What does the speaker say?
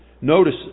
notice